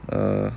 err